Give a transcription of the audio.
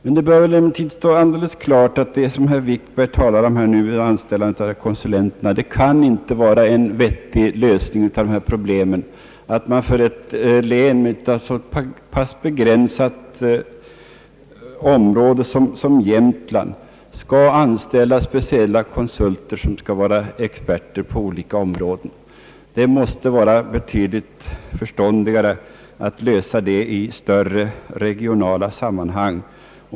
När nu herr Wikberg talar om anställandet av konsulter bör det emellertid stå alldeles klart att det inte kan vara en vettig lösning på problemet att man för ett så pass begränsat område som Jämtland skall anställa speciella konsulter såsom experter på olika områden. Det måste vara betydligt förståndigare att lösa detta problem i större regionala sammanhang.